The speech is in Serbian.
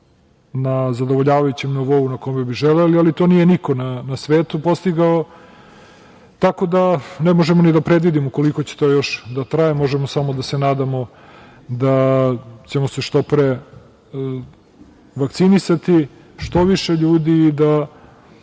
na zadovoljavajućem nivou na kom bi želeli, ali to nije niko na svetu postigao. Tako da, ne možemo ni da predvidimo koliko će to još da traje, možemo samo da se nadamo da ćemo se što pre vakcinisati, što više ljudi,